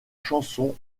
chanson